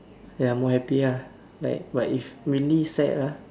ya more happy ah like but if mainly sad ah